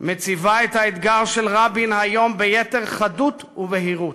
מציבה את האתגר של רבין היום ביתר חדות ובהירות.